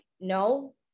No